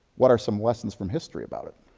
what are some lessons from history about it?